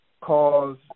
cause